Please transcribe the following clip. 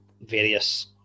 various